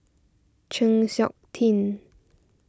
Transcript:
Chng Seok Tin